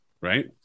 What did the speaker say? right